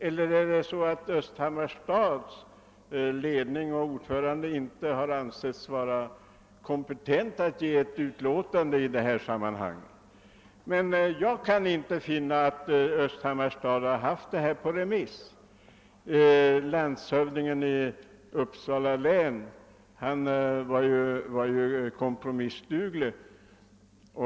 Eller är det så att Östhammars stads ledning och dess fullmäktigeordförande inte har ansetts vara kompetenta att avge ett utlåtande i detta sammanhang? Landshövdingen i Uppsala län var ju kompromissvillig.